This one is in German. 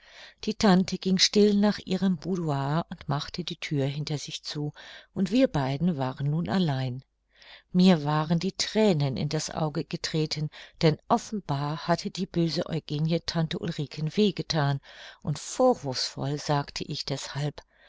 die tante ging still nach ihrem boudoir und machte die thür hinter sich zu und wir beiden waren nun allein mir waren die thränen in das auge getreten denn offenbar hatte die böse eugenie tante ulriken weh gethan und vorwurfsvoll sagte ich deshalb